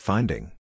Finding